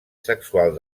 sexual